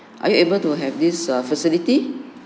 are you able to have this err facility